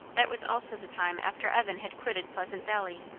that was also the time after evan had quitted pleasant valley.